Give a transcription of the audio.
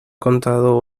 contado